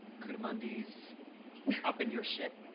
coatimundis, up in your shit?